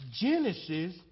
Genesis